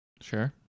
Sure